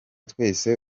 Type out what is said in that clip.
twese